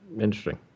interesting